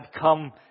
come